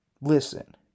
listen